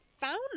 found